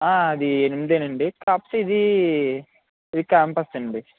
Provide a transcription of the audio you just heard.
అది ఎనిమిదేనండి కాకపోతే ఇదీ ఇది క్యాంపస్ అండి